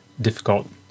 difficult